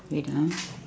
wait ah